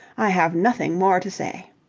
i have nothing more to say.